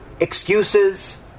Excuses